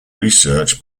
research